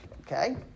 Okay